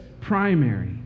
primary